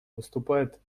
выступает